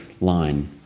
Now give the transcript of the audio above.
line